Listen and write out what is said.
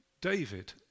David